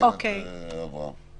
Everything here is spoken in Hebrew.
ורשויות